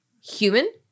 human